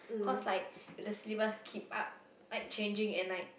cause like if the syllabus keep up like changing and like